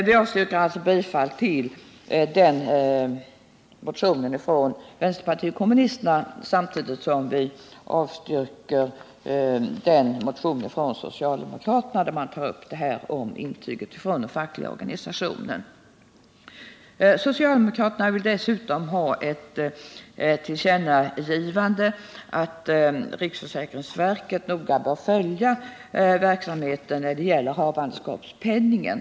Vi avstyrker alltså bifall till den motionen från vänsterpartiet kommunisterna, samtidigt som vi avstyrker den motion från socialdemokraterna där de tar upp detta om intyg från den fackliga organisationen. Socialdemokraterna vill dessutom ha ett tillkännagivande att riksförsäkringsverket noga bör följa verksamheten när det gäller havandeskapspenningen.